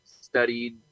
studied